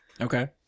Okay